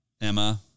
Emma